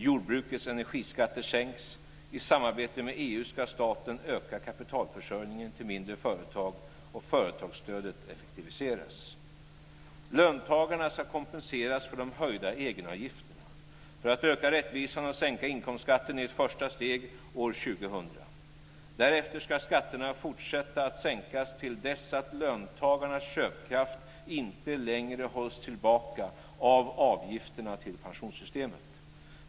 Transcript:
Jordbrukets energiskatter sänks. I samarbete med EU ska staten öka kapitalförsörjningen till mindre företag. Löntagarna ska kompenseras för de höjda egenavgifterna. För att öka rättvisan sänks inkomstskatten i ett första steg år 2000. Därefter ska skatterna fortsätta att sänkas till dess att löntagarnas köpkraft inte längre hålls tillbaka av avgifterna till pensionssystemet.